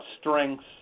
strengths